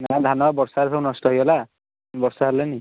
ନା ଧାନ ବା ବର୍ଷାରେ ସବୁ ନଷ୍ଟ ହେଇଗଲା ବର୍ଷା ହେଲାନି